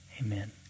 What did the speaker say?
Amen